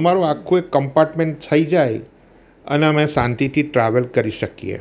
અમારું આખું એક કંપાર્ટ્મેન્ટ થઈ જાય અને અમે શાંતિથી ટ્રાવેલ કરી શકીએ